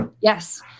Yes